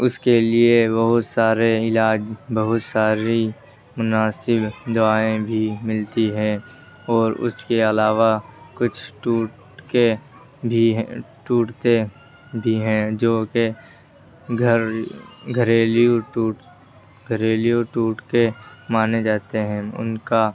اس کے لیے بہت سارے علاج بہت ساری مناسب دوائیں بھی ملتی ہے اور اس کے علاوہ کچھ ٹوٹکے بھی ٹوٹتے بھی ہیں جو کہ گھر گھریلو ٹوٹ گھریلو ٹوٹکے مانے جاتے ہیں ان کا